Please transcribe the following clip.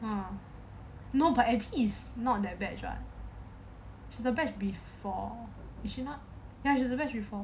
no but abby is not that batch what the batch before is it not ya the batch before